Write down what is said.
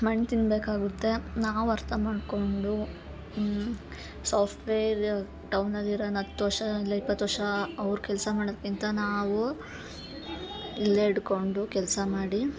ಮಣ್ಣು ತಿನ್ನಬೇಕಾಗುತ್ತೆ ನಾವು ಅರ್ಥ ಮಾಡ್ಕೊಂಡು ಸಾಫ್ಟ್ವೇರ್ ಟೌನಲ್ಲಿರೋನ್ ಹತ್ತು ವರ್ಷ ಇಲ್ಲ ಇಪ್ಪತ್ತು ವರ್ಷ ಅವ್ರ ಕೆಲಸ ಮಾಡದ್ಕಿಂತ ನಾವು ಇಲ್ಲೆ ಇಡ್ಕೊಂಡು ಕೆಲಸ ಮಾಡಿ